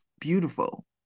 beautiful